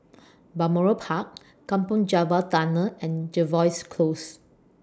Balmoral Park Kampong Java Tunnel and Jervois Close